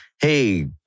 Hey